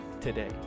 today